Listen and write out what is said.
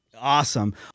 Awesome